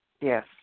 yes